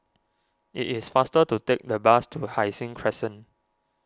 it is faster to take the bus to Hai Sing Crescent